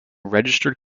registered